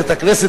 נוספת.